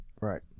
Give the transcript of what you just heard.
Right